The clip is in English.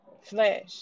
flesh